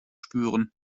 spüren